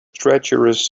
treacherous